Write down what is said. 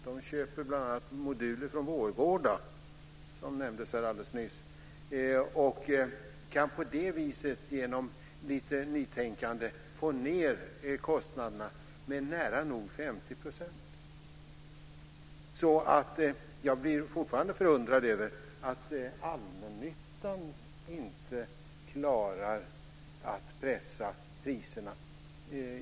De köper bl.a. moduler från Vårgårda, som alldeles nyss nämndes här, och kan på det viset genom lite nytänkande få ned kostnaderna med nära nog 50 %. Jag är fortfarande förundrad över att allmännyttan inte klarar att pressa priserna.